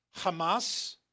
Hamas